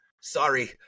Sorry